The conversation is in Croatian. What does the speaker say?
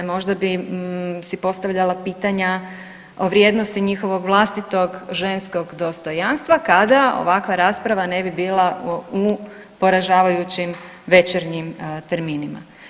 Možda bi si postavljala pitanja o vrijednosti njihovog vlastitog ženskog dostojanstva kada ovakva rasprava ne bi bila u poražavajućim večernjim terminima.